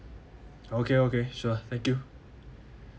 okay okay sure thank you